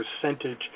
percentage